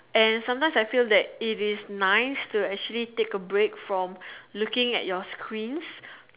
and sometimes I feel that it is nice to actually take a break from looking at your screens